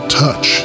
touch